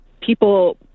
people